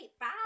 bye